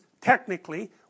technically